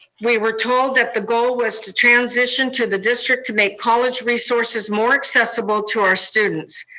we were told that the goal was to transition to the district to make college resources more accessible to our students.